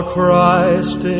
Christ